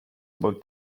will